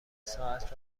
ساعت